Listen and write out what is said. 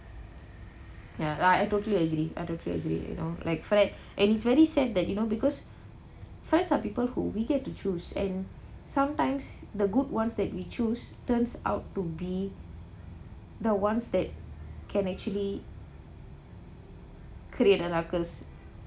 ya I totally I agree totally agree you know like and it's very sad that you know because first some people who we get to choose and sometimes the good [one] that we choose turns out to be the ones that can actually create a ruckus